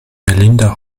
melinda